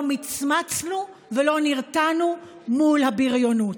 לא מצמצנו ולא נרתענו מול הבריונות.